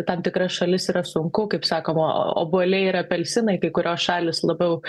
tam tikras šalis yra sunku kaip sakoma obuoliai ir apelsinai kai kurios šalys labiau